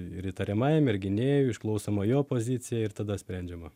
ir įtariamajam ir gynėjui išklausoma jo pozicija ir tada sprendžiama